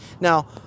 Now